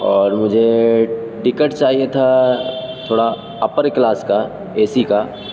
اور مجھے ٹکٹ چاہیے تھا تھوڑا اپر کلاس کا اے سی کا